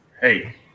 Hey